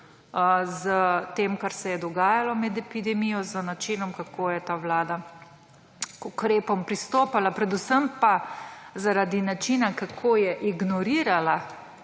s tem, kar se je dogajalo med epidemijo, z načinom, kako je ta vlada k ukrepom pristopala, predvsem pa zaradi načina, kako je ignorirala